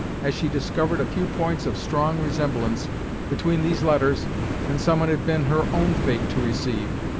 as she discovered a few points of strong resemblance between these letters and some it had been her own fate to receive.